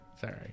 Sorry